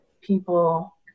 people